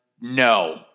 No